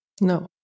no